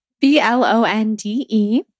B-L-O-N-D-E